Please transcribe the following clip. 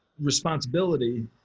responsibility